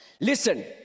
Listen